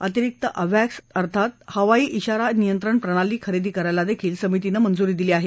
अतिरिक्त अवॅक्स अर्थात हवाई िशारा नियंत्रण प्रणाली खरेदी करायलाही समितीनं मंजुरी दिली आहे